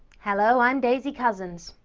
hello, i'm daisy cousens.